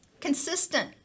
consistent